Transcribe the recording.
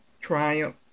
triumph